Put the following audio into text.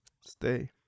stay